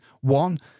One